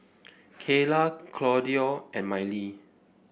Kaela Claudio and Mylee